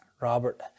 robert